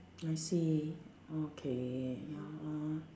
I see okay ya uh